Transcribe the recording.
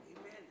Amen